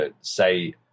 say